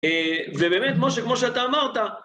ובאמת, משה, כמו שאתה אמרת.